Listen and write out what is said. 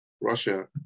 Russia